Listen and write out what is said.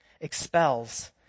Expels